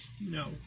No